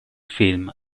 film